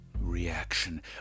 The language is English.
reaction